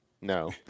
No